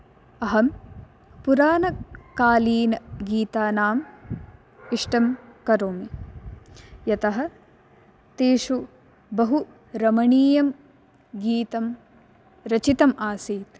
अहं पुरानकालीनगीतानाम् इष्टं करोमि यतः तेषु बहु रमणीयं गीतं रचितम् आसीत्